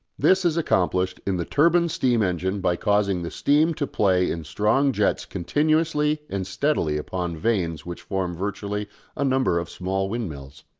this is accomplished in the turbine steam-engine by causing the steam to play in strong jets continuously and steadily upon vanes which form virtually a number of small windmills.